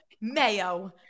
mayo